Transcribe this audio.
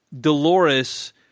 Dolores –